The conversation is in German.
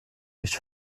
nicht